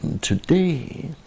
today